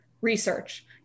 research